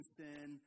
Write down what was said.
sin